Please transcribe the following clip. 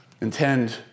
intend